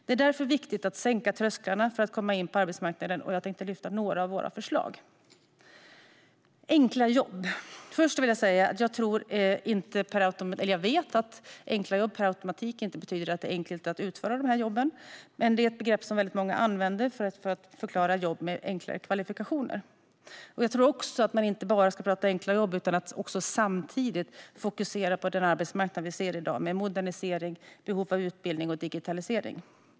Det är därför viktigt att sänka trösklarna för att komma in på arbetsmarknaden. Jag tänkte nämna några av våra förslag. Ett förslag rör enkla jobb. Jag vill först säga att jag vet att uttrycket "enkla jobb" inte per automatik betyder att jobben är enkla att utföra, men det är ett begrepp som många använder för jobb med enklare kvalifikationer. Jag tror också att man inte bara ska tala om enkla jobb utan samtidigt fokusera på den arbetsmarknad vi ser i dag, med modernisering, behov av utbildning och digitalisering.